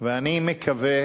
ואני מקווה